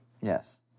Yes